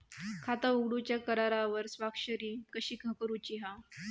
खाता उघडूच्या करारावर स्वाक्षरी कशी करूची हा?